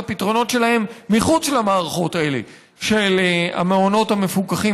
הפתרונות שלהם מחוץ למערכות האלה של המעונות המפוקחים